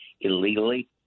illegally